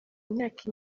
myaka